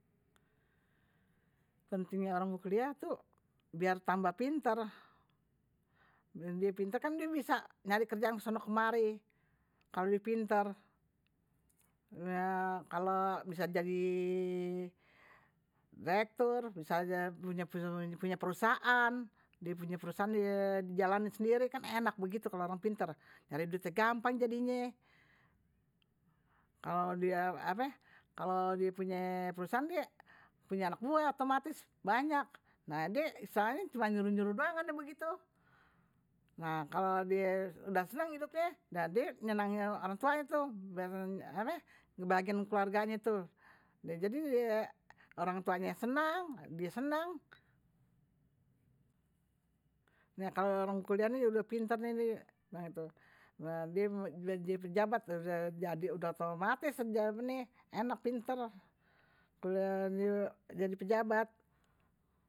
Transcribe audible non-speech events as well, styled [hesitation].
Pentignye orang kuliah tuh biar tambah pinter, die pinter kan bisa nyaari kerjaan kesono kemari. kalo die pinter [hesitation] bisa jadi direktur, bisa punya perusahaan, die punya perusaahaan kan dijalanin sendiri kan enak begitu kalo orang pinter, nyari duitnye gampang jadinye, kalo dia ape [hesitation] kalo punye perusahaan kek punya anak buah otomatis banyak, nah die istilahnye cuma yuruh nyuruh doangan begitu, nah kalo die udah senang hidupnye, nah die nyenengin orang tuanye tuh, [hesitation] ape dibagiin orang tuanye tuh, jadi ye orang tuanye senang, die senang, nah kalo orang kuliah nih udah pinter die, gue bilang gitu udah jadi pejabat, udah otomatis die enak pinter, jadi pejabat.